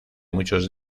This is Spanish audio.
muchos